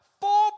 four